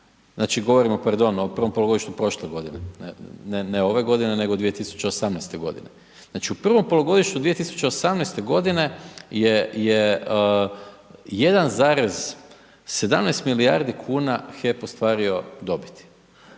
Znači pardon, o prvom polugodištu prošle godine, ne ove godine, nego 2018. godine. Znači u prvom polugodištu 2018. g. je 1,17 milijardi kuna HEP ostvario dobiti.